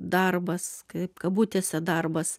darbas kaip kabutėse darbas